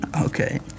Okay